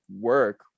work